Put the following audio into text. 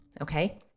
okay